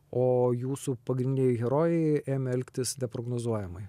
o jūsų pagrindiniai herojai ėmė elgtis neprognozuojamai